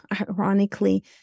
ironically